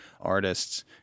artists